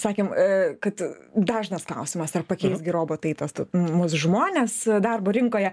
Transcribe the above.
sakėm a kad dažnas klausimas ar pakeis gi robotai tas mus žmones darbo rinkoje